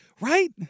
Right